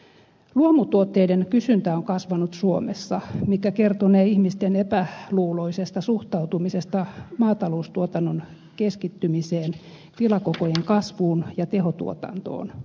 luomutuotteiden kysyntä on kasvanut suomessa mikä kertonee ihmisten epäluuloisesta suhtautumisesta maataloustuotannon keskittymiseen tilakokojen kasvuun ja tehotuotantoon